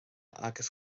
agus